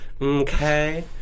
okay